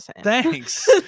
thanks